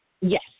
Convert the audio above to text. Yes